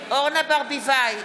אורנה ברביבאי,